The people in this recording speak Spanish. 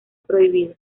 prohibida